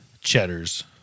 Cheddar's